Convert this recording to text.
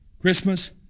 Christmas